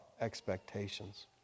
expectations